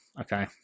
Okay